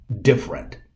different